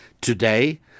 Today